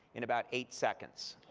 in about eight seconds.